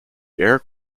air